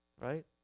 right